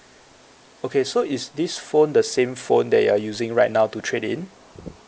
okay so is this phone the same phone that you are using right now to trade in